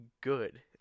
good